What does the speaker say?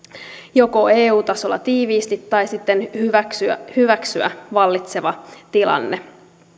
joko eu tasolla tiiviisti tai sitten hyväksyä hyväksyä vallitseva tilanne